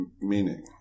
meaning